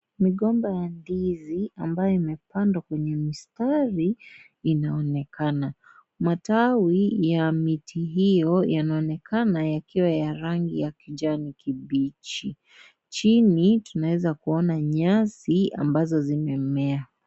Migomba ya ndizi ambayo imepandwa kwenye mistari ianonekana matawi ya miti hiyo yaonaonekana yakiwa ya rangi ya kijani kibichi. chini tunaweza kuona nyasi ambazo zimememea.